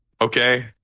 Okay